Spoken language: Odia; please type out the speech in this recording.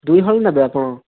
ଦୁଇ ହଳ ନେବେ ଆପଣ